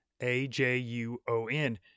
A-J-U-O-N